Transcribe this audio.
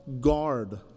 guard